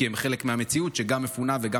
כי הם חלק ממציאות שהם גם מפונים וגם